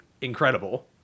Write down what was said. incredible